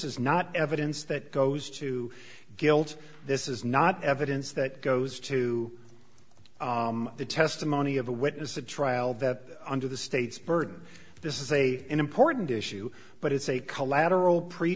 is not evidence that goes to guilt this is not evidence that goes to the testimony of a witness at trial that under the state's burden this is a important issue but it's a collateral